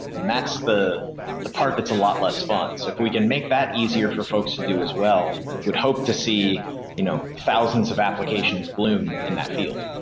and that's the the part that's a lot less fun. if we can make that easier for folks to do as well, we'd hope to see you know thousands of applications bloom in that field.